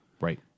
Right